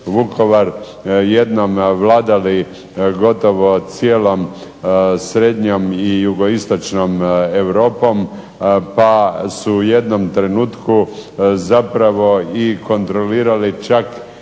jednom vladali gotovo cijelom srednjom i jugoistočnom Europom pa su u jednom trenutku zapravo i kontrolirali čak